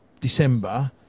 December